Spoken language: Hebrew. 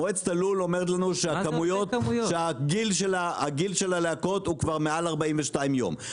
מועצת הלול אומרת לנו שהגיל של הלהקות הוא כבר מעל 42 ימים,